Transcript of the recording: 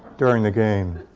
during the game.